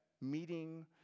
meeting